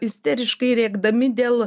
isteriškai rėkdami dėl